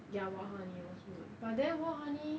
ya wild honey was good but then wild honey